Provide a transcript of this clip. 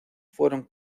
fueron